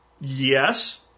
Yes